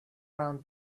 round